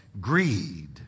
greed